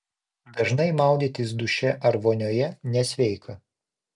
dažnai maudytis duše ar vonioje nesveika